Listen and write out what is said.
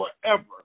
forever